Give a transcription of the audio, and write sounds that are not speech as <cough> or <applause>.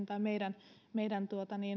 <unintelligible> tai meidän meidän